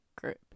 group